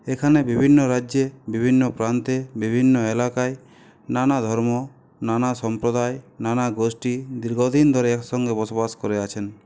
এখানে বিভিন্ন রাজ্যে বিভিন্ন প্রান্তে বিভিন্ন এলাকায় নানা ধর্ম নানা সম্প্রদায় নানা গোষ্ঠী দীর্ঘদিন ধরে একসঙ্গে বসবাস করে আছেন